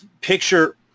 picture